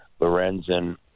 Lorenzen